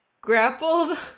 grappled